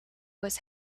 was